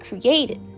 created